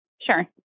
Sure